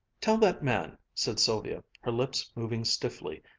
tell that man, said sylvia, her lips moving stiffly,